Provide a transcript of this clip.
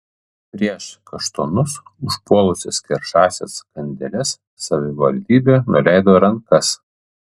prieš kaštonus užpuolusias keršąsias kandeles savivaldybė nuleido rankas